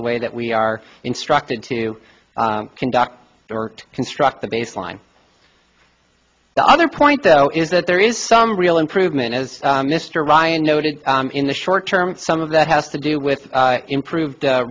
the way that we are instructed to conduct or construct the baseline the other point though is that there is some real improvement as mr ryan noted in the short term some of that has to do with improved